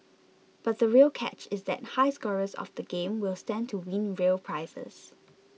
but the real catch is that high scorers of the game will stand to win real prizes